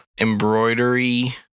embroidery